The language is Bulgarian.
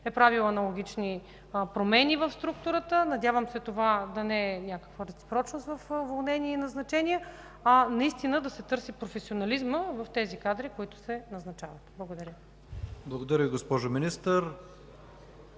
е правил аналогични промени в структурата. Надявам се това да не е някаква реципрочност в уволнения и назначения, а наистина да се търси професионализмът в тези кадри, които се назначават. Благодаря. ПРЕДСЕДАТЕЛ ИВАН К.